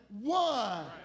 one